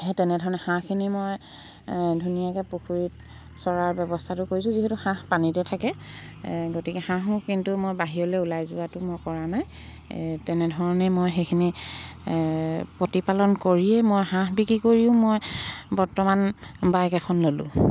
সেই তেনেধৰণে হাঁহখিনি মই ধুনীয়াকৈ পুখুৰীত চৰাৰ ব্যৱস্থাটো কৰিছোঁ যিহেতু হাঁহ পানীতে থাকে গতিকে হাঁহো কিন্তু মই বাহিৰলৈ ওলাই যোৱাটো মই কৰা নাই এই তেনেধৰণে মই সেইখিনি প্ৰতিপালন কৰিয়েই মই হাঁহ বিক্ৰী কৰিও মই বৰ্তমান বাইক এখন ল'লোঁ